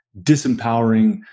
disempowering